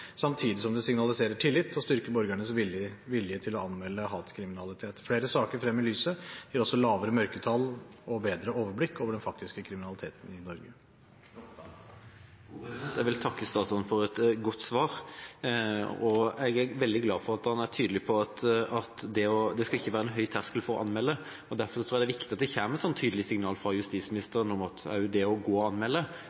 samtidig som det signaliserer tillit og styrker borgernes vilje til å anmelde hatkriminalitet. Flere saker frem i lyset gir også lavere mørketall og bedre overblikk over den faktiske kriminaliteten i Norge. Jeg vil takke statsråden for et godt svar. Jeg er veldig glad for at han er tydelig på at det ikke skal være en høy terskel for å anmelde. Derfor tror jeg det er viktig at det kommer et tydelig signal fra justisministeren om at det å gå og anmelde